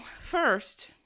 first